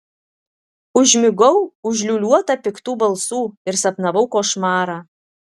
užmigau užliūliuota piktų balsų ir sapnavau košmarą